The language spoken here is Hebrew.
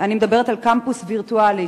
אני מדברת על קמפוס וירטואלי,